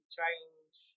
change